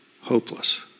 hopeless